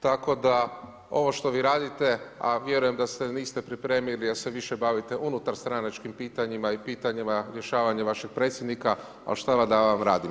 Tako da ovo što vi radite, a vjerujem da se niste pripremili, jer se više bavite unutar stranačkim pitanjima i pitanjima rješavanjem vašeg predsjednika, ali šta da vam radim.